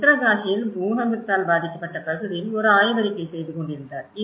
உத்தரகாஷியில் பூகம்பத்தால் பாதிக்கப்பட்ட பகுதியில் ஒரு ஆய்வறிக்கை செய்து கொண்டிருந்தார்